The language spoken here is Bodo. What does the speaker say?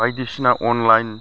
बायदिसिना अनलाइन